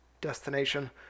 destination